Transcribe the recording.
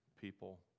people